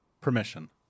Permission